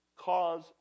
cause